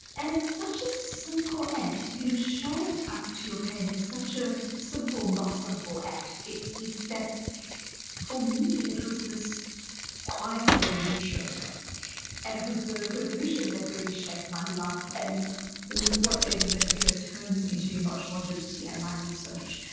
and it's such a simple act. you know showing up to your pain is such a simple not simple act. it's it's that for me, it was this quiet revolution and it was the revolution that really shaped my life and what then you know turns into emotional agility and my research.